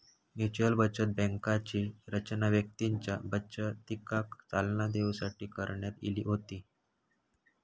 mutual बचत बँकांची रचना व्यक्तींच्या बचतीका चालना देऊसाठी करण्यात इली होती